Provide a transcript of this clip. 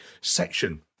section